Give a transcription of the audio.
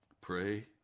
pray